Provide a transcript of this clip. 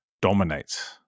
dominates